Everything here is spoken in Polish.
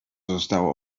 zostało